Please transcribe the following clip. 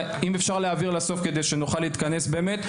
אם אפשר להגיע לסוף כדי שנוכל להתכנס באמת,